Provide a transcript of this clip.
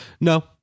No